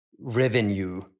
revenue